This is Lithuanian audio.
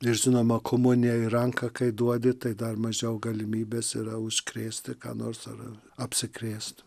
ir žinoma komuniją į ranką kai duodi tai dar mažiau galimybės yra užkrėsti ką nors ar apsikrėsti